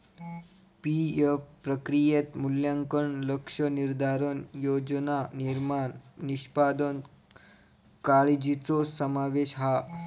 PF प्रक्रियेत मूल्यांकन, लक्ष्य निर्धारण, योजना निर्माण, निष्पादन काळ्जीचो समावेश हा